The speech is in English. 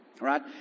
right